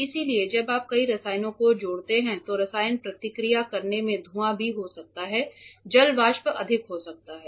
इसलिए जब आप कई रसायनों को जोड़ते हैं तो रसायन प्रतिक्रिया करने में धुआ भी हो सकता हैं जल वाष्प अधिक हो सकता है